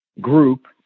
group